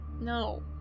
No